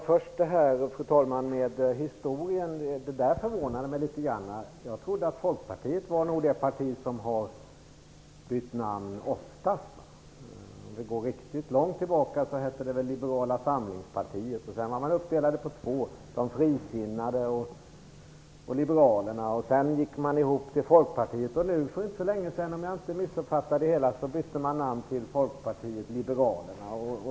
Fru talman! Först detta med historien. Jag blev litet grand förvånad. Jag trodde att Folkpartiet var det parti som hade bytt namn oftast. För att gå riktigt långt tillbaka i tiden så hette det väl Liberala samlingspartiet. Sedan var man uppdelad på två partier, de frisinnade och liberalerna. Efter det gick man ihop till Folkpartiet. Och för inte så länge sedan - om jag inte har missuppfattat det hela - bytte man namn till Folkpartiet liberalerna.